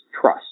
trust